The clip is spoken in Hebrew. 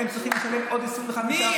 אותן אוכלוסיות חלשות, שצריכות לשלם עוד 25% מי,